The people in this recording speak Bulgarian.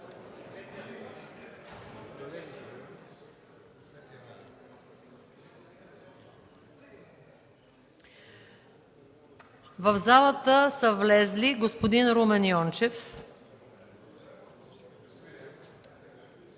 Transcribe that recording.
В залата са влезли: господин Румен Йончев,